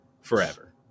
forever